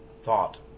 thought